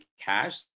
cash